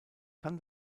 kann